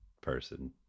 person